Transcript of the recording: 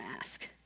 ask